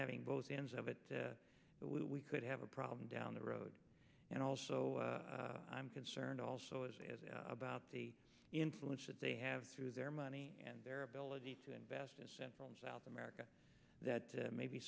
having both ends of it that we could have a problem down the road and also i'm concerned also as a as a about the influence that they have through their money and their ability to invest in central and south america that maybe